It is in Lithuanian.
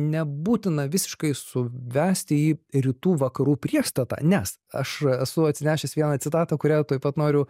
nebūtina visiškai suvesti į rytų vakarų priešstatą nes aš esu atsinešęs vieną citatą kurią tuoj pat noriu